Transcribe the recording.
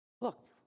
Look